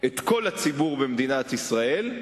את כל הציבור במדינת ישראל,